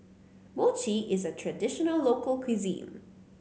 mochi is a traditional local cuisine